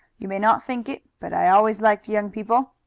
you may not think it, but i always liked young people.